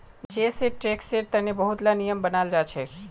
जै सै टैक्सेर तने बहुत ला नियम बनाल जाछेक